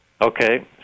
Okay